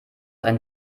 ein